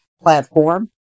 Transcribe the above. platform